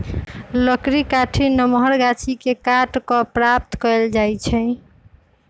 लकड़ी काठी नमहर गाछि के काट कऽ प्राप्त कएल जाइ छइ